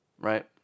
Right